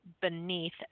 beneath